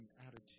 attitude